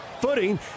footing